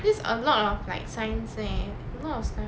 this a lot of like science leh a lot of science